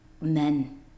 men